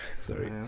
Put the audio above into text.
sorry